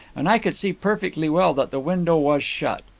and i could see perfectly well that the window was shut.